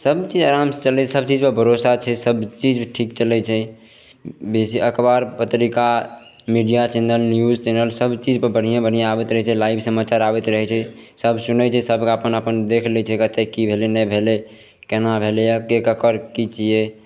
सभचीज आराम से चलै सभचीज पे भरोसा छै सभचीज ठीक चलै छै बेसी अखबार पत्रिका मीडिया चैनल न्यूज चैनल सभचीजपर बढ़िए बढ़िए आबैत रहै छै लाइव समाचार आबैत रहै छै सभ सुनै छै सभ अपन अपन देख लै छै कतऽ की भेलै नहि भेलै केना भेलै आ के ककर की छियै